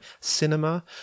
cinema